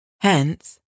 Hence